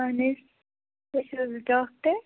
اَہَن تُہۍ چھُو حظ ڈاکٹر